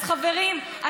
אז חברים,